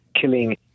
killing